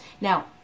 Now